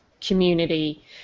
community